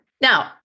Now